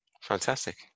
Fantastic